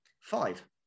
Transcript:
five